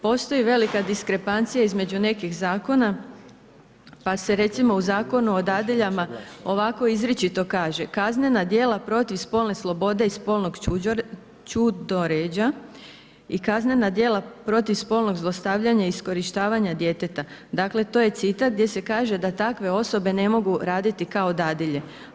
Postoji velika diskrepancija između nekih zakona pa se recimo u Zakonu o dadiljama ovako izričito kaže: „Kaznena djela protiv spolne slobode i spolnog ćudoređa i kaznena djela protiv spolnog zlostavljanja i iskorištavanja djeteta.“ Dakle to je citat gdje se kaže da takve osobe ne mogu raditi kao dadilje.